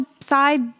side